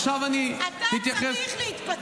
עכשיו אני אתייחס --- אתה צריך להתפטר,